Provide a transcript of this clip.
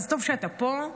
אז טוב שאתה פה.